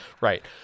Right